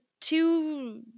two